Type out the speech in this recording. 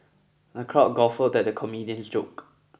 the crowd guffawed at the comedian's joke